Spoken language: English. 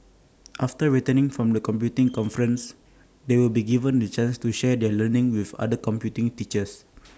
after returning from the computing conference they will be given the chance to share their learning with other computing teachers